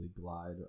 glide